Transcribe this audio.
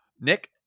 Nick